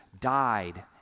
died